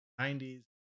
90s